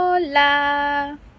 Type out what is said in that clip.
¡Hola